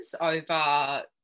over